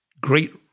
great